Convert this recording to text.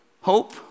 hope